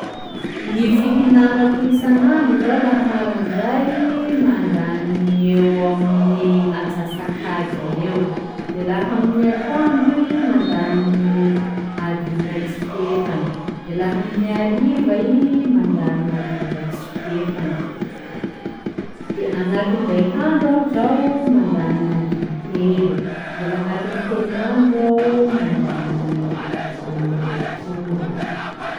Ny fihinanako isan'andro zao laha marandray, mandany eo amin'ny antsak'adiny eo; de laha amin'ny atoandro, mandany adin'iraiky sy fefany; de laha amin'ny hariva i, mandany adin'iraiky sy fefany; de agnatin'iraika andro aho zao mandany adiny telo, de laha agnatin'ny herignandro aho mandany adiny roa-polo.